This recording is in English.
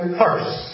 first